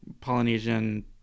Polynesian